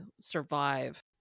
survive